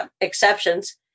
exceptions